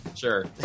Sure